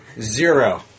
Zero